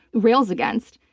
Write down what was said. rails against.